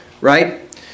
right